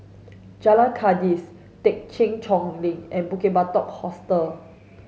Jalan Kandis Thekchen Choling and Bukit Batok Hostel